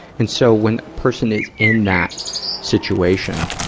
and so, when a person is in that situation,